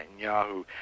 Netanyahu